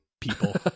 people